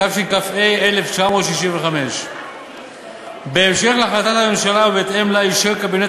התשכ"ה 1965. בהמשך להחלטת הממשלה ובהתאם לה אישר קבינט